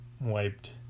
wiped